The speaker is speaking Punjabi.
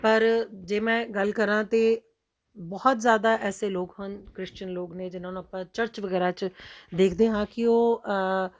ਪਰ ਜੇ ਮੈਂ ਗੱਲ ਕਰਾਂ ਤਾਂਬਹੁਤ ਜ਼ਿਆਦਾ ਐਸੇ ਲੋਕ ਹਨ ਕ੍ਰਿਸ਼ਚਨ ਲੋਕ ਨੇ ਜਿਨ੍ਹਾਂ ਨੂੰ ਆਪਾਂ ਚਰਚ ਵਗੈਰਾ 'ਚ ਦੇਖਦੇ ਹਾਂ ਕਿ ਉਹ